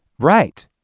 right.